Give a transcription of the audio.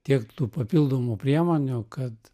tiek tų papildomų priemonių kad